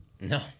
No